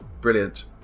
Brilliant